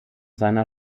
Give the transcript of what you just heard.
seiner